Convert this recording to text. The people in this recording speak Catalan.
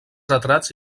retrats